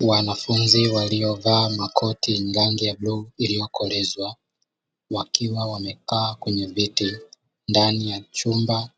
Wanafunzi waliovaa makoti yenye rangi ya bluu iliyokolezwa, wakiwa wamekaa kwenye viti ndani ya chumba